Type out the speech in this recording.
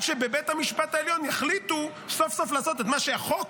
שבבית המשפט העליון יחליטו סוף-סוף לעשות את מה שהחוק,